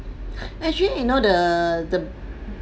actually you know the the